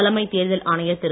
தலைமை தேர்தல் ஆணையர் திரு